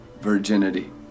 virginity